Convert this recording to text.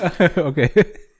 Okay